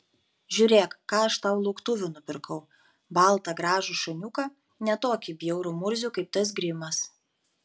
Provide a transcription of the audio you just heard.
žiūrėk ką aš tau lauktuvių nupirkau baltą gražų šuniuką ne tokį bjaurų murzių kaip tas grimas